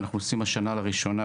ונעשה השנה לראשונה,